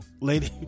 Lady